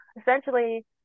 Essentially